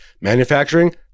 Manufacturing